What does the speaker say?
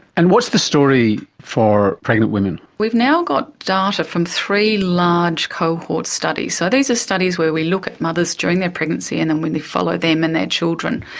and what's the story for pregnant women? we've now got data from three large cohort studies. so these are studies where we look at mothers during their pregnancy and then when we follow them and their children,